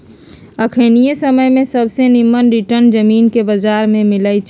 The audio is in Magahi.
अखनिके समय में सबसे निम्मन रिटर्न जामिनके बजार में मिलइ छै